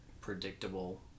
predictable